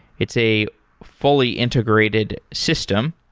it's a fully integrated system.